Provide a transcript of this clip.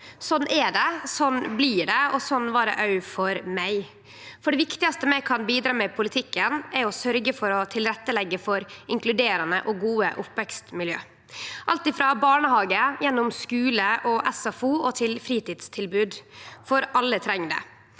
Sånn er det, sånn blir det, og sånn var det òg for meg. Det viktigaste vi kan bidra med i politikken, er å sørgje for å leggje til rette for inkluderande og gode oppvekstmiljø – alt frå barnehage, skule og SFO til fritidstilbod. Alle treng det,